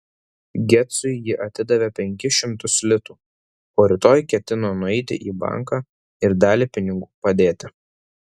gecui ji atidavė penkis šimtus litų o rytoj ketino nueiti į banką ir dalį pinigų padėti